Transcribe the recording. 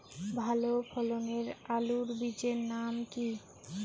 ভালো ফলনের আলুর বীজের নাম কি?